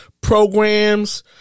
programs